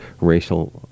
racial